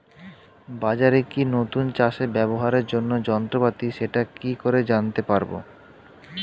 বাজারে কি নতুন চাষে ব্যবহারের জন্য যন্ত্রপাতি সেটা কি করে জানতে পারব?